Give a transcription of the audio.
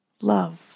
love